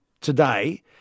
today